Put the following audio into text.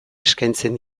eskaintzen